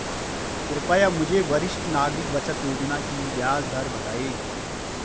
कृपया मुझे वरिष्ठ नागरिक बचत योजना की ब्याज दर बताएँ